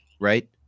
right